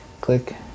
click